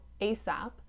ASAP